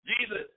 jesus